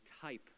type